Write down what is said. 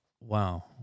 Wow